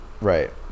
Right